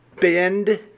bend